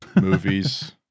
movies